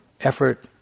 effort